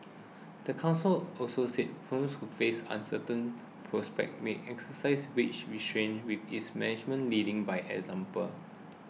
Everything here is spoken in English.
the council also said firms who face uncertain prospects may exercise wage restraint with its management leading by example